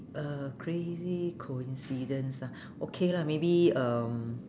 a crazy coincidence ah okay lah maybe um